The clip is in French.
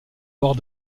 bord